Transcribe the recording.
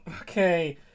okay